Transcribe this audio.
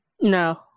No